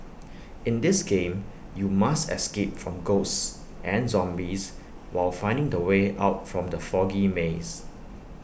in this game you must escape from ghosts and zombies while finding the way out from the foggy maze